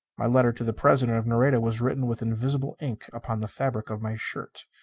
my letter to the president of nareda was written with invisible ink upon the fabric of my shirt.